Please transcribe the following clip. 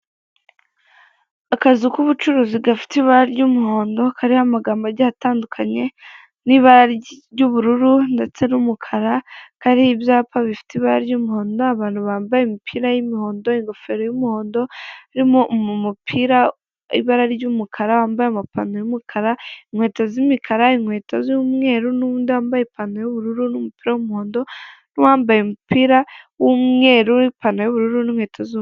Akazu k'ubucuruzi gafite ibara ry'umuhondo kariho amagambo atandukanye, n'ibara ry'ubururu ndetse n'umukara. Hariho ibyapa bifite ibara ry'umuhondo, abantu bambaye y'imihondo, ingofero y'umuhondo, irimo mu mupira ibara ry'umukara, wambaye amapanaro y'umukara, inkweto z'imikara, inkweto z'umweru; n'undi wambaye ipanaro y'uburur n' umupira w'umuhondo, n'uwambye umupira w'umweru, ipanaro y'bururu n'inkweto z'umweru.